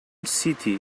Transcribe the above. city